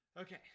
Okay